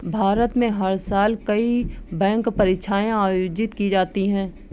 भारत में हर साल कई बैंक परीक्षाएं आयोजित की जाती हैं